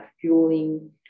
fueling